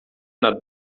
nad